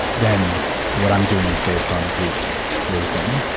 then what i'm doing is based on greek wisdom,